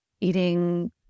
eating